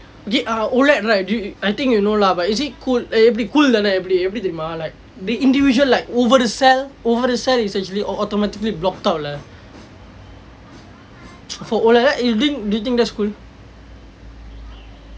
dey OLED right I think you know lah but is it cool eh eh cool தானே எப்படி எப்படி தெரியுமா:thane eppadi eppadi theriyumaa like the individual like ஒவ்வரு:ovvaru cell or ஒவ்வரு:ovvaru cell is actually automatically blocked out lah for OLED you think you think that's cool